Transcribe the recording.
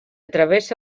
travessa